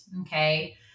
Okay